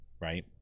Right